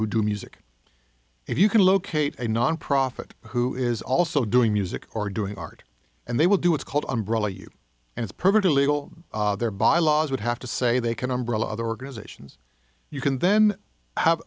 who do music if you can locate a nonprofit who is also doing music or doing art and they will do what's called umbrella you and it's perfectly legal there by laws would have to say they can umbrella other organizations you can then have